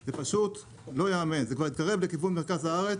זה פשוט לא ייאמן, זה כבר התקרב לכיוון מרכז הארץ,